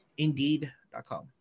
Indeed.com